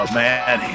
man